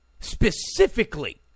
specifically